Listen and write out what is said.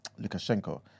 Lukashenko